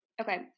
Okay